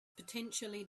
potentially